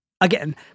again